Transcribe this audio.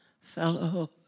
fellow